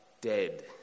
dead